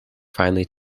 finely